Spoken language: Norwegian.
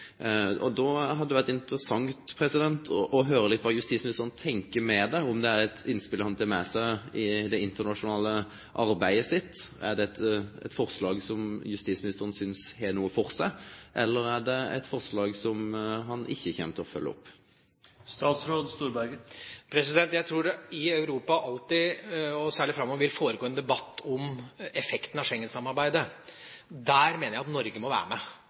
Da hadde det vært interessant å høre litt om hva justisministeren tenker rundt dette, om det er et innspill han tar med seg i det internasjonale arbeidet sitt. Er det et forslag som justisministeren synes har noe for seg, eller er det et forslag som han ikke kommer til å følge opp? Jeg tror det alltid i Europa – og særlig framover nå – vil foregå en debatt om effekten av Schengensamarbeidet. Der mener jeg at Norge må være med.